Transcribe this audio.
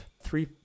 three